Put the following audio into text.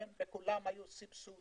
בכולם היו סבסוד.